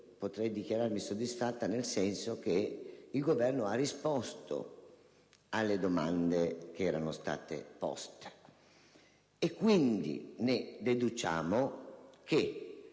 potrei dichiararmi soddisfatta, nel senso che il Governo ha risposto alle domande che erano state poste. Ne deduciamo